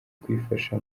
kuyifasha